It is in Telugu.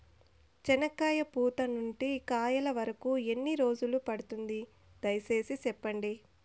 చెనక్కాయ పూత నుండి కాయల వరకు ఎన్ని రోజులు పడుతుంది? దయ సేసి చెప్పండి?